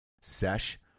sesh